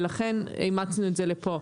ולכן אימצנו את זה לפה.